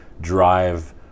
Drive